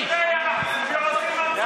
אני רק רותח שעושים הצגות.